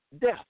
death